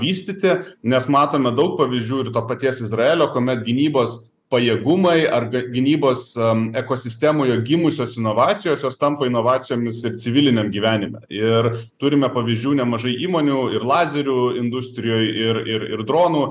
vystyti nes matome daug pavyzdžių ir to paties izraelio kuomet gynybos pajėgumai ar g gynybos em ekosistemoje gimusios inovacijos jos tampa inovacijomis ir civiliniam gyvenime ir turime pavyzdžių nemažai įmonių ir lazerių industrijoj ir ir ir dronų